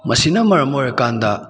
ꯃꯁꯤꯅ ꯃꯔꯝ ꯑꯣꯏꯔ ꯀꯥꯟꯗ